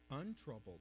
untroubled